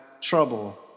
trouble